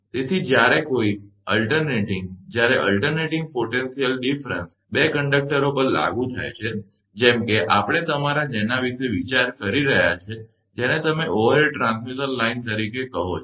તેથી જ્યારે હવે કોઈ અલ્ટરનેટીંગ જ્યારે અલ્ટરનેટીંગ પોટેન્શિયલ તફાવત 2 કંડકટરો પર લાગુ થાય છે જેમ કે આપણે તમારા જેના વિશે વિચારી રહ્યા છીએ જેને તમે ઓવરહેડ ટ્રાન્સમિશન લાઇન તરીકે કહો છો